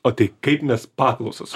o tai kaip mes paklausą s